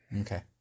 Okay